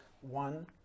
one